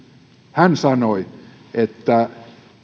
hän sanoi että